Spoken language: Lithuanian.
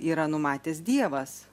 yra numatęs dievas